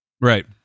Right